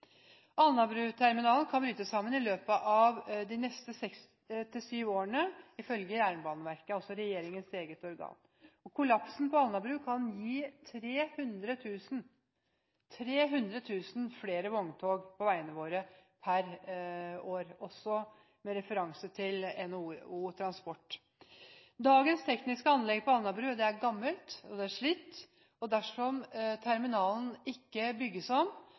kan bryte sammen i løpet av de neste seks–syv årene, ifølge Jernbaneverket, altså regjeringens eget organ. Kollapsen på Alnabru kan gi 300 000 flere vogntog på veiene våre per år, med referanse også til NHO Transport. Dagens tekniske anlegg på Alnabru er gammelt og slitt. Dersom terminalen ikke bygges om,